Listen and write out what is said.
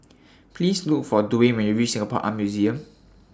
Please Look For Dawne when YOU REACH Singapore Art Museum